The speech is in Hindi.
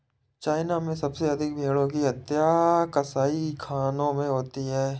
चाइना में सबसे अधिक भेंड़ों की हत्या कसाईखानों में होती है